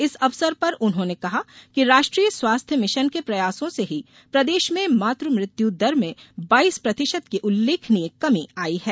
इस अवसर पर उन्होंने कहा कि राष्ट्रीय स्वास्थ्य मिशन के प्रयासों से ही प्रदेश में मातु मृत्यु दर में बाईस प्रतिशत की उल्लेखनीय कमी आई है